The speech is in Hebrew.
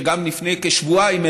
וגם לפני כשבועיים,